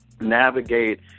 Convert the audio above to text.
navigate